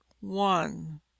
One